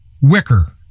Wicker